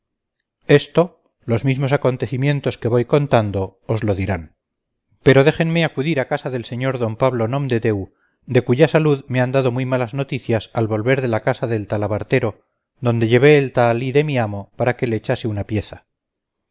esto los mismos acontecimientos que voy contando os lo dirán pero déjenme acudir a casa del sr d pablo nomdedeu de cuya salud me han dado muy malas noticias al volver de casa del talabartero donde llevé el tahalí de mi amo para que le echase una pieza